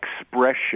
expression